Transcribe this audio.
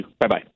Bye-bye